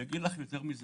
אני אגיד לך יותר מזה,